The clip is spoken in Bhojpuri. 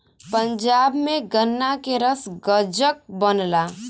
पंजाब में गन्ना के रस गजक बनला